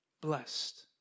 Blessed